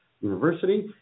university